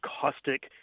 caustic